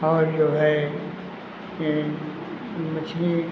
और जो है ये मछली